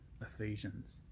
Ephesians